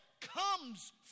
comes